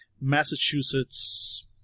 Massachusetts